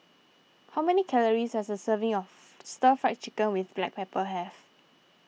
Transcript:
how many calories does a serving of Stir Fried Chicken with Black Pepper have